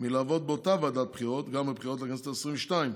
מלעבוד באותה ועדת בחירות גם בבחירות לכנסת העשרים-ושתיים,